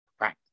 right